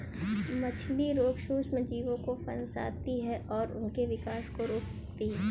मछली रोग सूक्ष्मजीवों को फंसाती है और उनके विकास को रोकती है